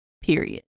period